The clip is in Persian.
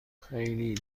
خیلی